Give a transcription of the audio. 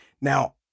Now